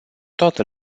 toată